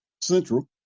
Central